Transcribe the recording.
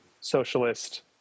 socialist